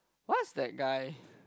what's that guy